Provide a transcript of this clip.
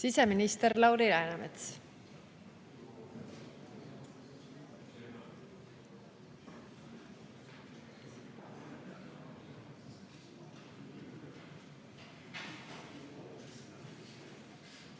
Siseminister Lauri Läänemets.